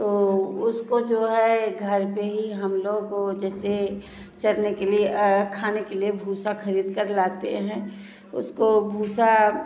तो उसको जो है घर पर ही हम लोग को जैसे चरने के लिए खाने के लिए भूसा ख़रीद कर लाते हैं उसको भूसा